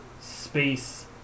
space